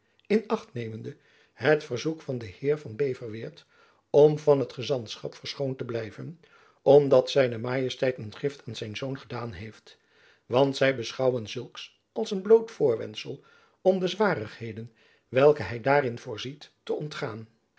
in acht nemende het verzoek van den heer van beverweert om van het gezantschap verschoond te blijven omdat z m een gift aan zijn zoon gedaan heeft want zy beschouwen zulks als een bloot voorwendsel om de zwarigheden jacob van lennep elizabeth musch welke hy daarin voorziet te ontgaan